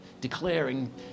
declaring